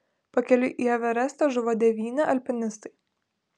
pakeliui į everestą žuvo devyni alpinistai